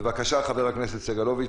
בבקשה, חבר הכנסת סגלוביץ'.